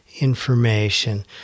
information